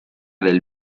del